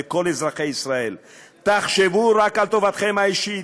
לכל אזרחי ישראל: תחשבו רק על טובתכם האישית,